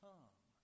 Come